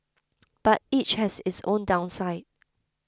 but each has its own downside